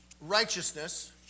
righteousness